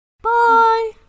bye